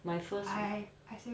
my first one